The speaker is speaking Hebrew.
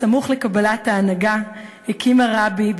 בסמוך לקבלת ההנהגה הקים הרבי,